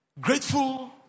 grateful